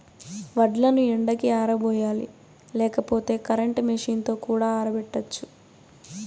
వడ్లను ఎండకి ఆరబోయాలి లేకపోతే కరెంట్ మెషీన్ తో కూడా ఆరబెట్టచ్చు